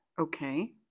Okay